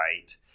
right